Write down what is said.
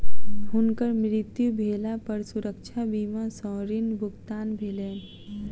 हुनकर मृत्यु भेला पर सुरक्षा बीमा सॅ ऋण भुगतान भेलैन